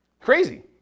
Crazy